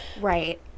right